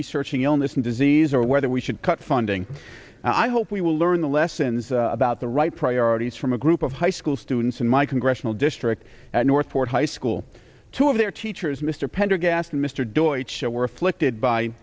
researching illness and disease or whether we should cut funding i hope we will learn the lessons about the right priorities from a group of high school students in my congressional district at north fork high school two of their teachers mr pendergast and mr deutsch were afflicted by